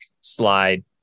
slide